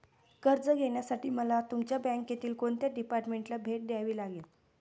कर्ज घेण्यासाठी मला तुमच्या बँकेतील कोणत्या डिपार्टमेंटला भेट द्यावी लागेल?